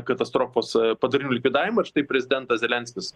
katastrofos padarinių likvidavimą ir štai prezidentas zelenskis